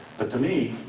but to me,